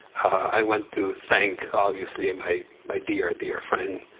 i want to thank, obviously, my my dear, dear friend,